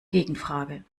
gegenfrage